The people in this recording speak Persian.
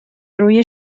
روی